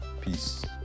Peace